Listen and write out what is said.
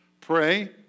pray